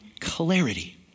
clarity